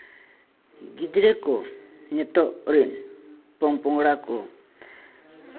ᱜᱤᱫᱽᱨᱟᱹ ᱠᱚ ᱱᱤᱛᱚᱜ ᱨᱮᱱ ᱯᱚᱝ ᱯᱚᱝᱲᱟ ᱠᱚ